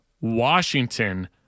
Washington